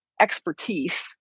expertise